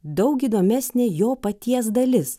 daug įdomesnė jo paties dalis